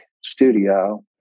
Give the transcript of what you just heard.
studio